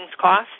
cost